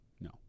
No